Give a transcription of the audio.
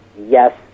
yes